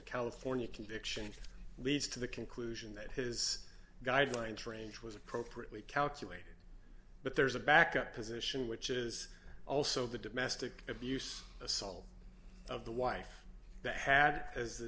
california conviction leads to the conclusion that his guidelines range was appropriately calculated but there is a back up position which is also the domestic abuse assault of the wife that had as